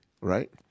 right